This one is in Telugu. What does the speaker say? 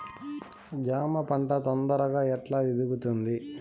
జామ పంట తొందరగా ఎట్లా ఎదుగుతుంది?